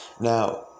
Now